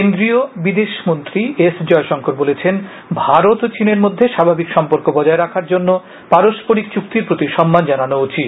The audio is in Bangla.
কেন্দ্রীয় বিদেশমন্ত্রী এস জয়শংকর বলেছেন ভারত ও চিনের মধ্যে শ্বাভাবিক সম্পর্ক বজায় রাখার জন্য পারস্পরিক চুক্তির প্রতি সম্মান জানানো উচিত